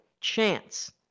chance